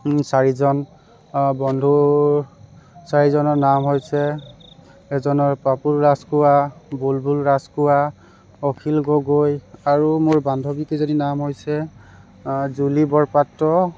চাৰিজন বন্ধুৰ চাৰিজনৰ নাম হৈছে এজনৰ পাপুল ৰাজখোৱা বুলবুল ৰাজখোৱা অখিল গগৈ আৰু মোৰ বান্ধবী কেইজনীৰ নাম হৈছে জুলি বৰপাত্ৰ